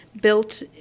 built